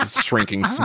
shrinking